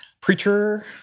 preacher